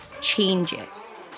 changes